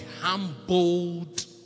humbled